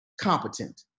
competent